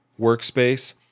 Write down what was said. workspace